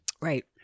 Right